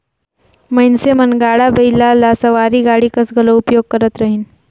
मइनसे मन गाड़ा बइला ल सवारी गाड़ी कस घलो उपयोग करत रहिन